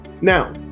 Now